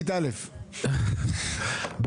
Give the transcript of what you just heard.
הגנת ריבית או מנגנונים כאלה ואחרים המדינה